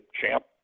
Champ